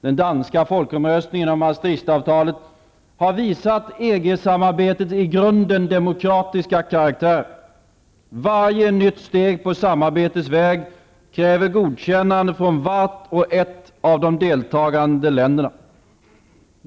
Den danska folkomröstningen om Maastrichtfördraget har visat EG-samarbetets i grunden demokratiska karaktär. Varje nytt steg på samarbetets väg kräver godkännande från vart och ett av de deltagande länderna.